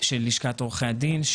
של לשכת עורכי הדין,